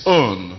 own